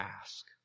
ask